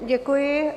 Děkuji.